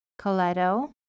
Coletto